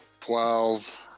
Twelve